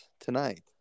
tonight